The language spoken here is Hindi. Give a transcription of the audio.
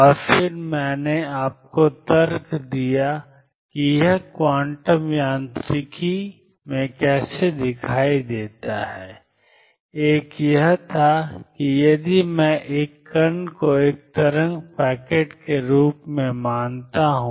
और फिर मैंने आपको तर्क दिया कि यह क्वांटम यांत्रिकी में कैसे दिखाई देता है एक यह था कि यदि मैं एक कण को एक तरंग पैकेट के रूप में मानता हूं